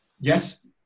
Yes